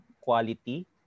quality